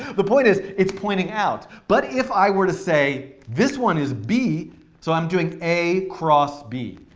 the point is, it's pointing out. but if i were to say, this one is b so i'm doing a cross b,